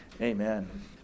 Amen